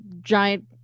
giant